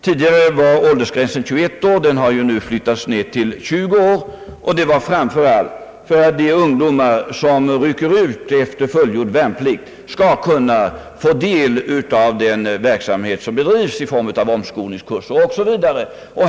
Tidigare var åldersgränsen 21 år, den har nu flyttats ned till 20 år, vilket skedde framför allt för att ge dessa ungdomar, som rycker ut efter fullgjord värnplikt, del av den verksamhet som bedrivs i form av omskolningskurser osv.